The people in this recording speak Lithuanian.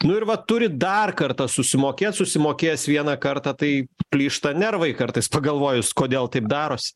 nu ir va turi dar kartą susimokėt susimokėjęs vieną kartą tai plyšta nervai kartais pagalvojus kodėl taip darosi